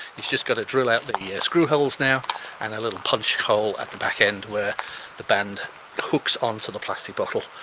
he's just got to drill out the the screw holes now and a little punch hole at the back end where the band hooks onto the plastic bottle.